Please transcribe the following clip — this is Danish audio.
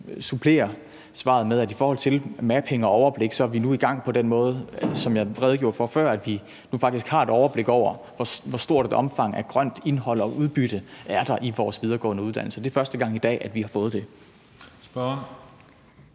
supplere svaret med, at vi i forhold til Mapping og overblik er i gang på den måde, som jeg redegjorde for før, altså at vi nu faktisk har et overblik over, hvor stort et omfang af grønt indhold og udbytte, der er i vores videregående uddannelser; og det er i dag første gang, vi har fået det. Kl.